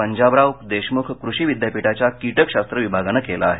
पंजाबराव देशमुख कृषी विद्यापीठाच्या कीटकशास्त्र विभागानं केलं आहे